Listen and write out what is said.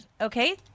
Okay